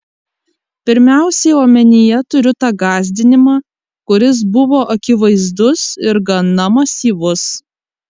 pirmiausiai omenyje turiu tą gąsdinimą kuris buvo akivaizdus ir gana masyvus